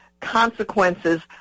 consequences